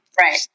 Right